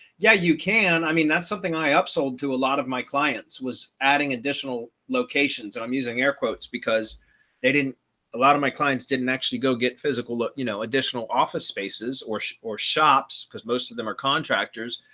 yeah, you can i mean, that's something i up sold to a lot of my clients was adding additional locations and i'm using air quotes because they didn't a lot of my clients didn't actually go get physical, you know, additional office spaces or, or shops, because most of them are contractors.